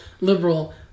liberal